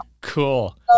Cool